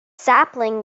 sapling